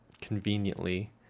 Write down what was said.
conveniently